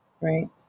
Right